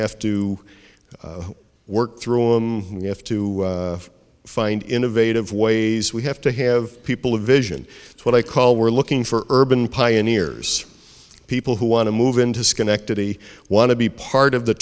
have to work through him we have to find innovative ways we have to have people a vision of what i call we're looking for urban pioneers people who want to move into schenectady want to be part of the